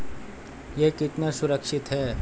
यह कितना सुरक्षित है?